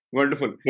Wonderful